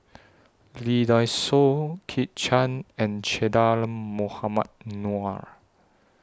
Lee Dai Soh Kit Chan and Che Dah Mohamed Noor